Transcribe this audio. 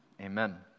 Amen